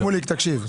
שמוליק, תקשיב.